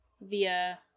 via